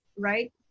Right